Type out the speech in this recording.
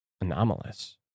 anomalous